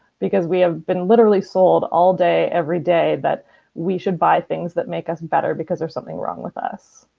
because we have been literally sold all day, every day, that we should buy things that make us better because there is something wrong with us.